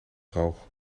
droog